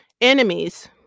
Enemies